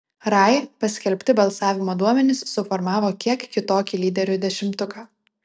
rai paskelbti balsavimo duomenys suformavo kiek kitokį lyderių dešimtuką